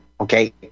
okay